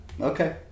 Okay